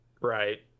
Right